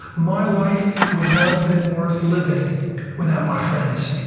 my life would not have been worth living without my friends.